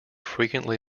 frequently